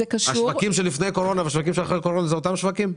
השווקים שלפני הקורונה והשווקים שאחרי הקורונה הם אותם שווקים?